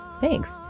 Thanks